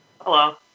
Hello